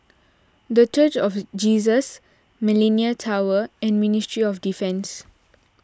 the Church of Jesus Millenia Tower and Ministry of Defence